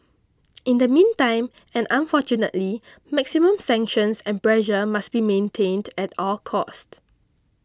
in the meantime and unfortunately maximum sanctions and pressure must be maintained at all costs